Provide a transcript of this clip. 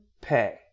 pay